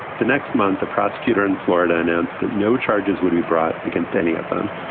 the next month, the prosecutor in florida announced that no charges would be brought against any of them.